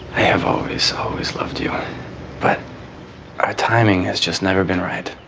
have always, always loved you but timing has just never been right.